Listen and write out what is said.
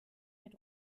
mit